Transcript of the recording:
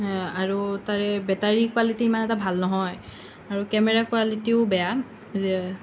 আৰু তাৰে battery quality ইমান এটা ভাল নহয় আৰু কেমেৰা কোৱালিটিও বেয়া